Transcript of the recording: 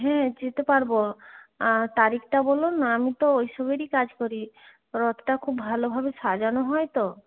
হ্যাঁ যেতে পারব তারিখটা বলুন আমি তো ওই সবেরই কাজ করি রথটা খুব ভালোভাবে সাজানো হয় তো